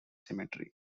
cemetery